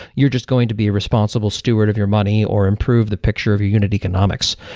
you're just going to be a responsible steward of your money or improve the picture of your unit economics.